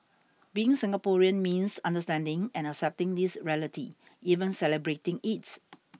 being Singaporean means understanding and accepting this reality even celebrating it